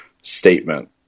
statement